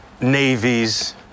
navies